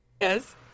Yes